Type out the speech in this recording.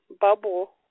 bubble